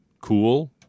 cool